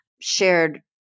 shared